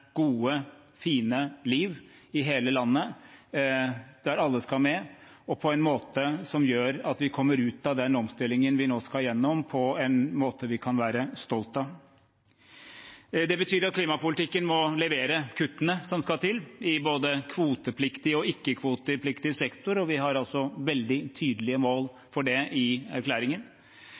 gode, fine liv i hele landet, der alle skal med, på en måte som gjør at vi kommer ut av den omstillingen vi nå skal gjennom, på en måte vi kan være stolt av. Det betyr at klimapolitikken må levere kuttene som skal til i både kvotepliktig og ikke-kvotepliktig sektor, og vi har altså veldig tydelige mål for det i erklæringen.